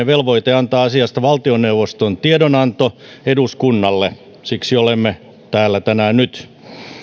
velvoite antaa asiasta valtioneuvoston tiedonanto eduskunnalle siksi olemme täällä tänään